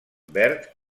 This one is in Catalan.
verd